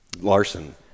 Larson